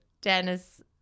Dennis